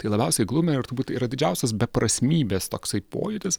tai labiausiai glumina ir turbūt yra didžiausias beprasmybės toksai pojūtis